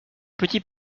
petit